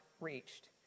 reached